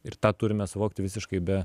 ir tą turime suvokti visiškai be